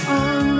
on